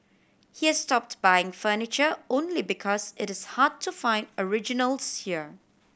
he has stop buying furniture only because it is hard to find originals here